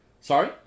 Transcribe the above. Sorry